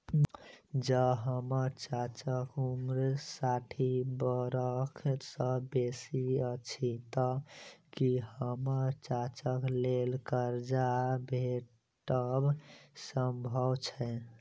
जँ हम्मर चाचाक उम्र साठि बरख सँ बेसी अछि तऽ की हम्मर चाचाक लेल करजा भेटब संभव छै?